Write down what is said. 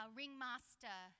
ringmaster